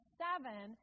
seven